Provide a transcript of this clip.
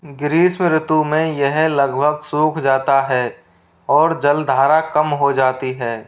ग्रीष्म ऋतु में यह लगभग सूख जाता है और जलधारा कम हो जाती है